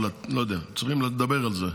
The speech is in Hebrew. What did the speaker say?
לא יודע, צריכים לדבר על זה,